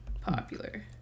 popular